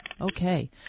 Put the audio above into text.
Okay